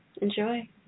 enjoy